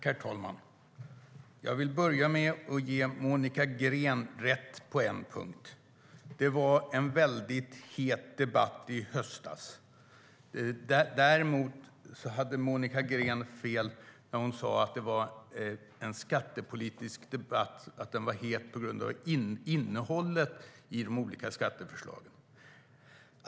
Herr talman! Jag vill börja med att ge Monica Green rätt på en punkt. Det var en väldigt het debatt i höstas. Däremot hade Monica Green fel när hon sade att det var en skattepolitisk debatt och att den var het på grund av innehållet i de olika skatteförslagen.